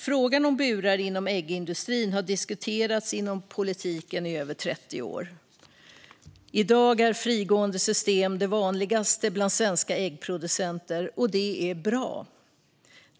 Frågan om burar inom äggindustrin har diskuterats inom politiken i över 30 år. I dag är frigående system det vanligaste bland svenska äggproducenter, vilket är bra.